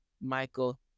Michael